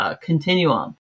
continuum